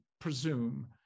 presume